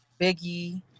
Biggie